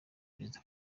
perezida